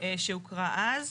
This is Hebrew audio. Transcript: שהוקרא אז.